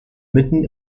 mitten